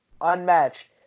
unmatched